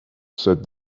said